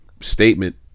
statement